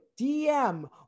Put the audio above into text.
DM